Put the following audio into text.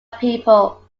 people